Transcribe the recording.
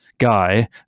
guy